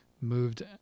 moved